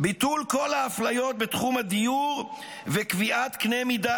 -- ביטול כל האפליות בתחום הדיור וקביעת קני מידה